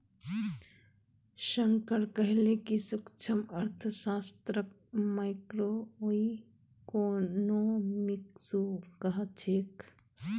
शंकर कहले कि सूक्ष्मअर्थशास्त्रक माइक्रोइकॉनॉमिक्सो कह छेक